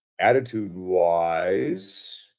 attitude-wise